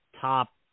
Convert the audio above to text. top